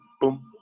boom